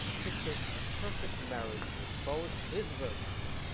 pictures a perfect marriage with both his virtues.